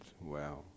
wow